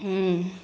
ಹ್ಞೂ